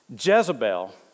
Jezebel